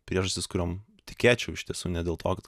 priežastis kuriom tikėčiau iš tiesų ne dėl to kad